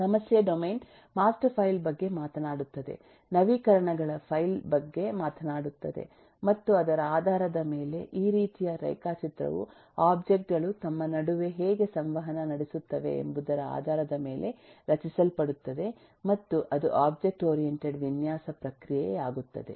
ಸಮಸ್ಯೆ domain master file ಬಗ್ಗೆ ಮಾತನಾಡುತ್ತದೆ ನವೀಕರಣಗಳ ಫೈಲ್ ಬಗ್ಗೆ ಮಾತನಾಡುತ್ತದೆ ಮತ್ತು ಅದರ ಆಧಾರದ ಮೇಲೆ ಈ ರೀತಿಯ ರೇಖಾಚಿತ್ರವು ಒಬ್ಜೆಕ್ಟ್ ಗಳು ತಮ್ಮ ನಡುವೆ ಹೇಗೆ ಸಂವಹನ ನಡೆಸುತ್ತವೆ ಎಂಬುದರ ಆಧಾರದ ಮೇಲೆ ರಚಿಸಲ್ಪಡುತ್ತದೆ ಮತ್ತು ಅದು ಒಬ್ಜೆಕ್ಟ್ ಓರಿಯೆಂಟೆಡ್ ವಿನ್ಯಾಸ ಪ್ರಕ್ರಿಯೆಯಾಗುತ್ತದೆ